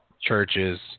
Churches